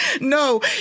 No